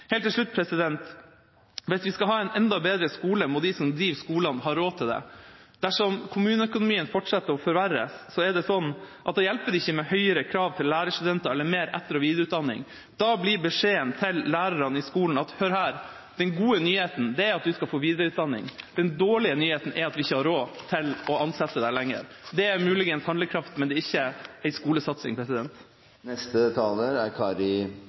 Helt til slutt: Hvis vi skal ha en enda bedre skole, må de som driver skolene, ha råd til det. Dersom kommuneøkonomien fortsetter å forverres, hjelper det ikke med høyere krav til lærerstudenter eller mer etter- og videreutdanning. Da blir beskjeden til lærerne i skolen: Hør her, den gode nyheten er at du skal få videreutdanning. Den dårlige nyheten er at vi ikke har råd til å ha deg ansatt lenger. Det er muligens handlekraft, men det er ikke en skolesatsing. Statsministeren pekte på noen av de viktigste utfordringene vi står overfor i vårt land nå og i framtida. Utfordringsbildet er